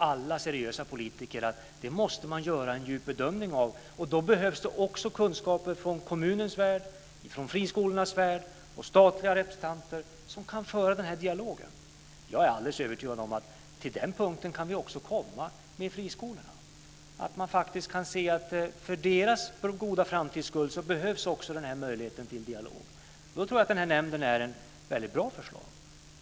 Alla seriösa politiker vet att man måste göra en djup bedömning av det, och då behövs det också kunskaper från kommunens värld, från friskolornas värld och från statliga representanter, som kan föra den här dialogen. Jag är helt övertygad om att till den punkten kan vi också komma med friskolorna, att vi kan se att för deras goda framtids skull behövs också möjligheten till dialog. Jag tror då att den här nämnden är ett väldigt bra förslag.